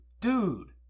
dude